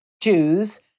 Jews